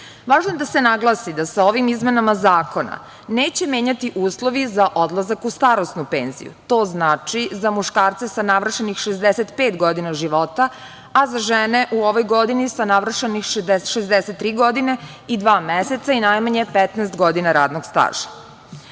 je da se naglasi da se ovim izmenama zakona neće menjati uslovi za odlazak u starosnu penziju, to znači za muškarce sa navršenih 65 godina života, a za žene u ovoj godini sa navršenih 63 godine i dva meseca i najmanje 15 godina radnog staža. Pored